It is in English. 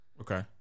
Okay